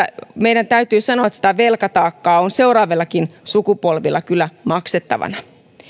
koskaan kyllä meidän täytyy sanoa että sitä velkataakkaa on seuraavillakin sukupolvilla maksettavana